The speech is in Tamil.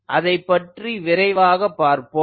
அதைப் பற்றி விரைவாக பார்ப்போம்